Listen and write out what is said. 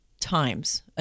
times